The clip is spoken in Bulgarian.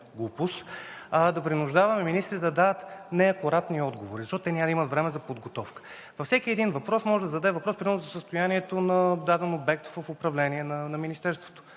глупост – да принуждаваме министри да дават неакуратни отговори, защото те няма да имат време за подготовка. Във всеки един въпрос може да се зададе въпрос примерно за състоянието на даден обект в управление на министерството,